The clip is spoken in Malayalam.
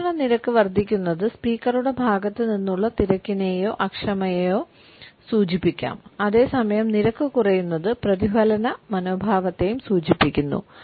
സംഭാഷണ നിരക്ക് വർദ്ധിക്കുന്നത് സ്പീക്കറുടെ ഭാഗത്തു നിന്നുള്ള തിരക്കിനെയോ അക്ഷമയെയോ സൂചിപ്പിക്കാം അതേസമയം നിരക്ക് കുറയുന്നത് പ്രതിഫലന മനോഭാവത്തെയും സൂചിപ്പിക്കുന്നു